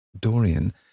Dorian